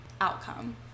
outcome